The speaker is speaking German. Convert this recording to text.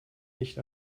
nicht